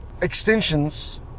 extensions